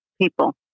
people